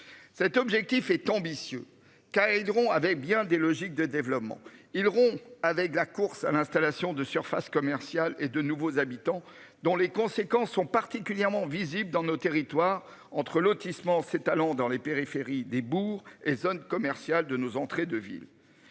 Cet objectif est ambitieux car aideront avait bien des logiques de développement il rompt avec la course à l'installation de surface commerciale et de nouveaux habitants dont les conséquences sont particulièrement visible dans nos territoires entre lotissement ses talents dans les périphéries des bourgs et zones commerciales de nos entrées de villes.